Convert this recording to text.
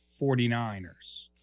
49ers